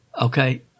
Okay